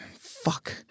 Fuck